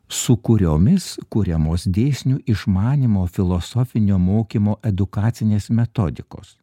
su kuriomis kuriamos dėsnių išmanymo filosofinio mokymo edukacinės metodikos